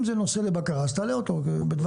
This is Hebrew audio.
אם זה נושא לבקרה, תעלה אותו בדבריך.